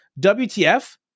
WTF